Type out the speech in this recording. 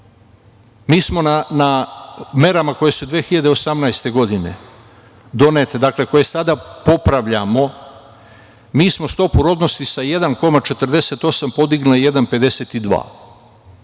Mi smo na merama koje su 2018. godine donete, dakle koje sada popravljamo, mi smo stopu rodnosti sa 1,48 podigli na 1,52